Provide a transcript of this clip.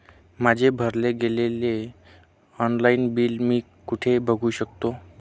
माझे भरले गेलेले ऑनलाईन बिल मी कुठे बघू शकतो?